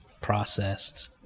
processed